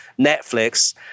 Netflix